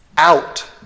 out